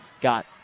got